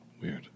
Weird